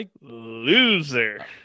loser